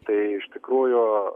tai iš tikrųjų